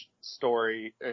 story